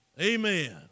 Amen